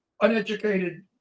uneducated